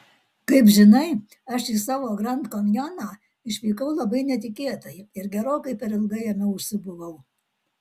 kaip žinai aš į savo grand kanjoną išvykau labai netikėtai ir gerokai per ilgai jame užsibuvau